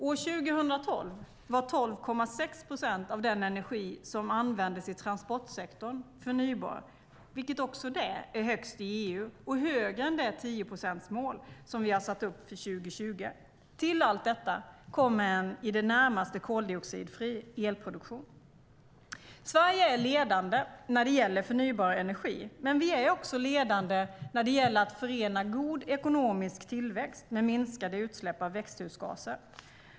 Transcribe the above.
År 2012 var 12,6 procent av den energi som användes i transportsektorn förnybar, vilket också det är högst i EU och högre än det 10-procentsmål som vi har satt upp för 2020. Till allt detta kommer en i det närmaste koldioxidfri elproduktion. Sverige är ledande när det gäller förnybar energi, men vi är också ledande när det gäller att förena god ekonomisk tillväxt med minskade utsläpp av växthusgaser.